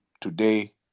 today